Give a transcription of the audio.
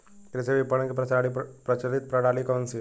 कृषि विपणन की प्रचलित प्रणाली कौन सी है?